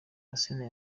asinah